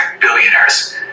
billionaires